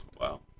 wow